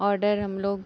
order हम लोग